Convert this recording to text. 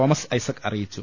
Thomas Isaac അറിയിച്ചു